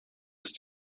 ist